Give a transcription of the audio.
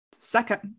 second